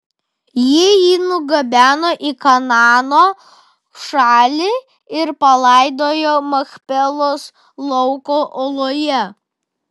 jie jį nugabeno į kanaano šalį ir palaidojo machpelos lauko oloje